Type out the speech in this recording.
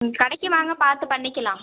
நீங்கள் கடைக்கு வாங்க பார்த்து பண்ணிக்கலாம்